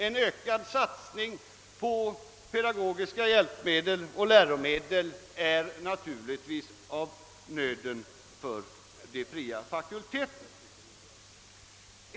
En ökad satsning på pedagogiska hjälpmedel och läromedel är naturligtvis av nöden för de fria fakulteterna.